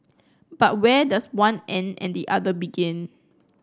but where does one end and the other begin